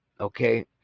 okay